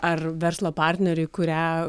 ar verslo partneriui kurią